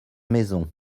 maisons